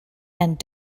and